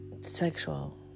sexual